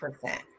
percent